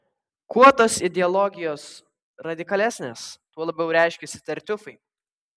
kuo tos ideologijos radikalesnės tuo labiau reiškiasi tartiufai